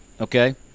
Okay